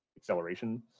acceleration